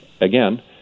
again